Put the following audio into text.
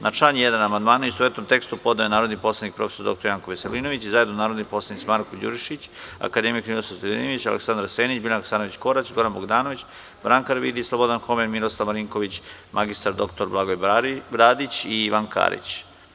Na član 1. amandmane u istovetnom tekstu podneo je narodni poslanik prof. dr Janko Veselinović i zajedno narodni poslanici Marko Đurišić, akademik Ninoslav Stojadinović, Aleksandar Senić, Biljana Hasanović Korać, Goran Bogdanović, Branka Karavidić, Slobodan Homen, Miroslav Marinković, mr dr Blagoje Bradić i Ivan Karić.